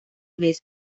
vez